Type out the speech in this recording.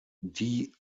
die